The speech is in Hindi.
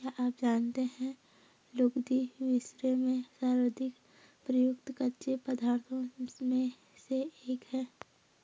क्या आप जानते है लुगदी, विश्व में सर्वाधिक प्रयुक्त कच्चे पदार्थों में से एक है?